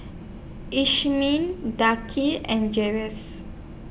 DA Kee and Jere's